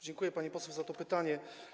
Dziękuję pani poseł za to pytanie.